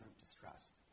distrust